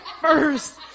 first